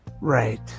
Right